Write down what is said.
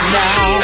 now